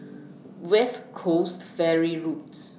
West Coast Ferry Road